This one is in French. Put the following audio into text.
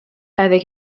avec